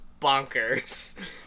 bonkers